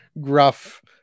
gruff